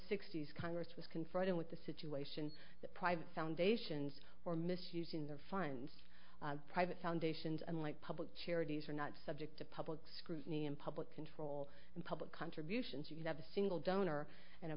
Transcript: sixty's congress was confronted with the situation that private foundations for misusing their funds private foundations unlike public charities are not subject to public scrutiny and public control and public contributions you have a single donor and a